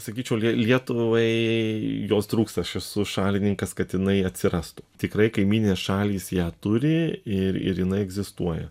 sakyčiau lie lietuvai jos trūksta aš esu šalininkas kad jinai atsirastų tikrai kaimyninės šalys ją turi ir ir jinai egzistuoja